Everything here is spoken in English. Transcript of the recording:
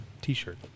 t-shirt